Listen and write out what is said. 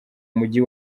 mujyi